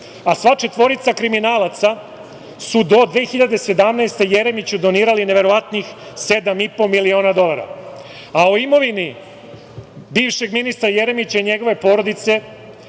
Sva četvorica kriminalaca su do 2017. godine Jeremiću donirali neverovatnih 7,5 miliona dolara.O imovini bivšeg ministra Jeremića i njegove porodice,